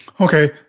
Okay